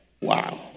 Wow